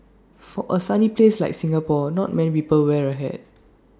for A sunny place like Singapore not many people wear A hat